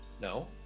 No